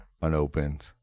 unopened